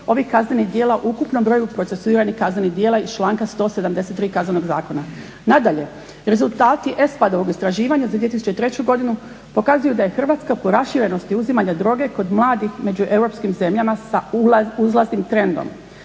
ovih kaznenih djela u ukupnom broju procesuiranih kaznenih djela iz članka 173. Kaznenog zakona. Nadalje rezultati …/Ne razumije se./… istraživanja za 2003. godinu pokazuju da je Hrvatska po raširenosti uzimanja droge kod mladih među europskim zemljama sa uzlaznim trendom.